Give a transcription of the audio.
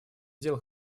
дел